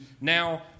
now